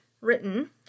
written